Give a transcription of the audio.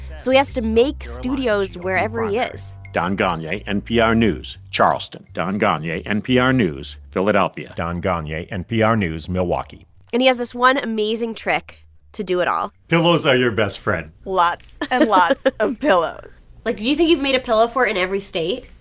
so he has to make studios wherever he is don gonyea, npr news. charleston don gonyea, npr news. philadelphia don gonyea, npr news. milwaukee and he has this one amazing trick to do it all pillows are your best friend lots and lots of pillows like, do you think you've made a pillow fort in every state?